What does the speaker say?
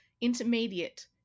intermediate